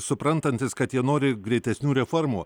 suprantantis kad jie nori greitesnių reformų